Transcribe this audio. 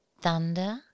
thunder